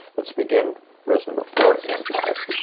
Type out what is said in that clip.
let's begin rows number four and five.